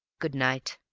good-night.